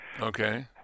Okay